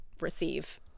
receive